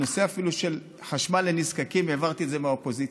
אפילו את הנושא של חשמל לנזקקים העברתי מהאופוזיציה,